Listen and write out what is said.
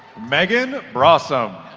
megan brausam